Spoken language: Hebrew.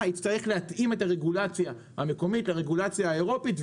יצטרך להתאים את הרגולציה המקומית לרגולציה האירופית,